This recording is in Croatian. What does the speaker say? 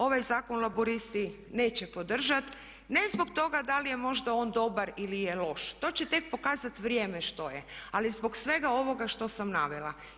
Ovaj zakon Laburisti neće podržati, ne zbog toga da li je možda on dobar ili je loš, to će tek pokazati vrijeme što je, ali zbog svega ovoga što sam navela.